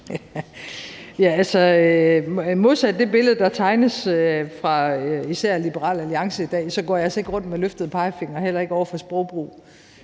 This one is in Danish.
Altså, modsat det billede, der tegnes af især Liberal Alliance i dag, går jeg altså ikke rundt med løftede pegefingre, heller ikke over for sprogbrug